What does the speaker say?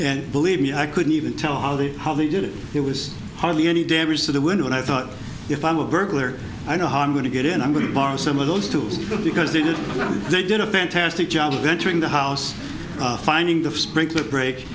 and believe me i couldn't even tell all the how they did it it was hardly any damage to the window and i thought if i'm a burglar i know how i'm going to get in i'm going to borrow some of those tools because they did they did a fantastic job of entering the house finding the sprinkler break